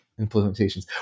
implementations